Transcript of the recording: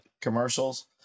commercials